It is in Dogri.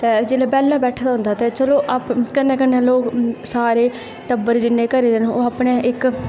ते जेल्लै बेह्ला बैठे दा होंदा ते कन्नै कन्नै लोग सारे टब्बर जिन्ने घरै दे न ओह् सारे इक्क